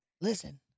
listen